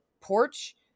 porch